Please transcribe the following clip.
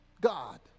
God